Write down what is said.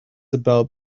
about